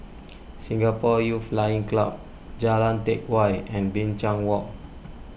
Singapore Youth Flying Club Jalan Teck Whye and Binchang Walk